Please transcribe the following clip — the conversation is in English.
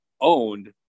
owned